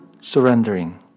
surrendering